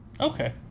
Okay